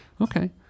Okay